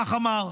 כך אמר: